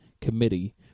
committee